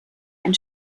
ein